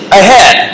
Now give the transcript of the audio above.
ahead